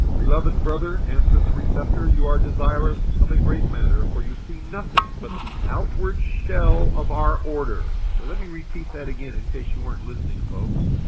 beloved brother, answered the receptor, and you are desirous of a great matter, for you see nothing but the outward shell of our order. now and let me repeat that again in case you weren't listening, folks.